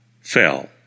fell